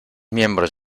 miembros